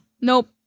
Nope